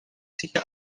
sicher